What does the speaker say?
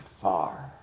far